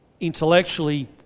intellectually